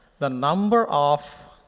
the number of